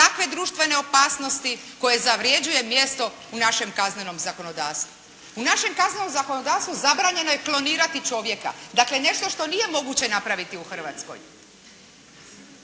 takve društvene opasnosti koje zavrjeđuje mjesto u našem kaznenom zakonodavstvu. U našem kaznenom zakonodavstvu zabranjeno je klonirati čovjeka, dakle, nešto što nije moguće napraviti u Hrvatskoj.